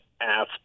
ass